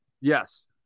Yes